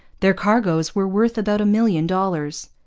their cargoes were worth about a million dollars.